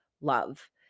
love